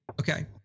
Okay